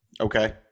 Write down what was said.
Okay